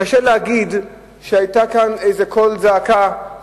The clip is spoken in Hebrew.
קשה להגיד שהיה כאן איזה קול זעקה.